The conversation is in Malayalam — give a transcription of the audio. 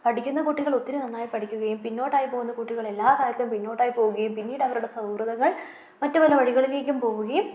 പഠിക്കുന്ന കുട്ടികൾ ഒത്തിരി നന്നായി പഠിക്കുകയും പിന്നോട്ടായി പോകുന്ന കുട്ടികൾ എല്ലാ കാര്യത്തിനും പിന്നോട്ടായി പോവുകയും പിന്നീട് അവരുടെ സൗഹൃദങ്ങൾ മറ്റ് പല വഴികളിലേക്കും പോവുകയും